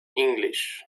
english